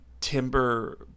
Timber